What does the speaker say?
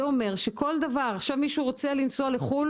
זה אומר שמי שרוצה לנסוע לחוץ לארץ,